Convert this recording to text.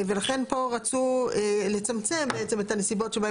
ולכן פה רצו לצמצם בעצם את הנסיבות שבהן